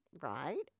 right